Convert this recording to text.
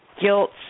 guilt